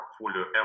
portfolio